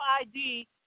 ID